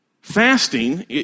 Fasting